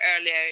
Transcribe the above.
earlier